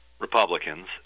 Republicans